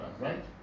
right